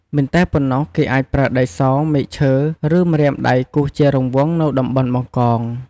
មិនតែប៉ុណ្ណោះគេអាចប្រើដីស មែកឈើ ឬម្រាមដៃគូសជារង្វង់ នៅតំបន់បង្កង។